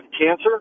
cancer